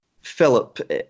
Philip